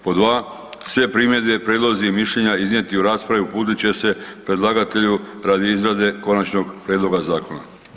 Pod 2. sve primjedbe, prijedlozi i mišljenja iznijeti u raspravi uputit će se predlagatelju radi izrade Konačnog prijedloga zakona.